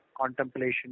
contemplation